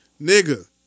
Nigga